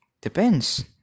Depends